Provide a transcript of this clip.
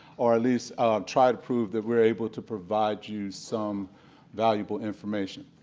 or at least try to prove that we are able to provide you some valuable information.